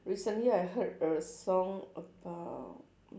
recently I heard a song about